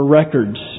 records